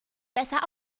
besser